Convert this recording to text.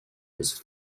his